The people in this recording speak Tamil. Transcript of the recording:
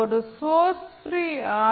ஒரு சோர்ஸ் ப்ரீ ஆர்